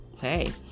hey